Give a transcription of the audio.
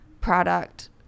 product